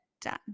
done